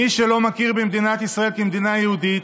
מי שלא מכיר במדינת ישראל כמדינה יהודית,